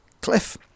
cliff